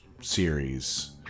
series